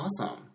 awesome